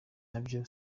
nabyo